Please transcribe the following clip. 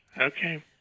Okay